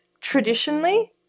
traditionally